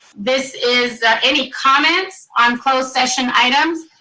this is any comments on closed session items.